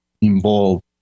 involved